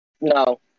No